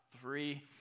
three